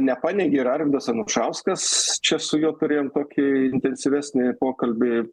nepaneigė ir arvydas anušauskas čia su juo turėjom tokį intensyvesnį pokalbį